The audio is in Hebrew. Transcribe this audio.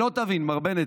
שלא תבין, מר בנט,